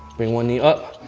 bring one knee up.